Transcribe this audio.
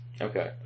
Okay